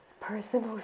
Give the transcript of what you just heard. personal